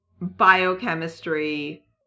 biochemistry